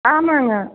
ஆமாங்க